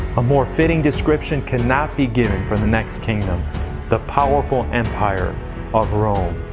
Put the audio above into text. a more fitting description could not be given for the next kingdom the powerful empire of rome.